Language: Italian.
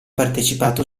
partecipato